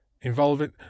involving